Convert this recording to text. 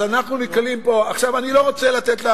אז אנחנו, עכשיו, אני לא רוצה כאן,